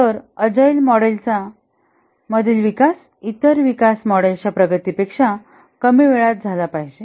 तर अजाईल मॉडेलचा मधील विकास इतर विकास मॉडेल्सच्या प्रगतीपेक्षा कमी वेळात झाला पाहिजे